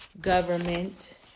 government